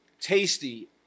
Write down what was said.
Tasty